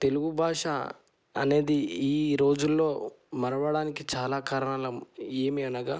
తెలుగు భాష అనేది ఈ రోజుల్లో మరవడానికి చాలా కారణాలు ఏమీ అనగా